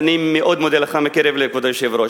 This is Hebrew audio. אני מאוד מודה לך, מקרב לב, כבוד היושב-ראש.